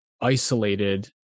isolated